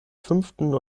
fünften